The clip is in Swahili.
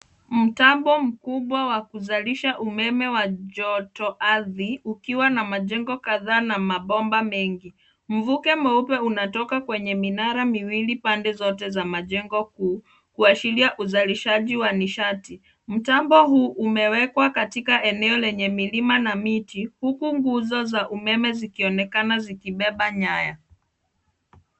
Mtambo mkubwa wa kuzalisha umeme wa joto ardhi ukiwa na majengo kadhaa na mabomba mengi. Mvuke mweupe unatoka kwenye minara miwili pande zote za majengo kuu kuachilia uzalishaji wa nishati. Mtambo huu umewekwa katika eneo lenye milima na miti huku nguzo za umeme zikionekana zikibeba nyaya.